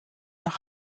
nach